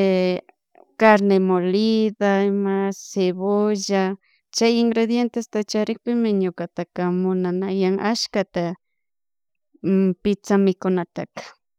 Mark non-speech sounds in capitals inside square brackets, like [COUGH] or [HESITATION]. [HESITATION] carne molida, ima cebolla, chay ingredientesta charikpimi ñukataka munanayan ashkata| pizza mikunataka.